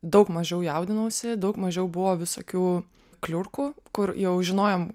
daug mažiau jaudinausi daug mažiau buvo visokių kliurkų kur jau žinojom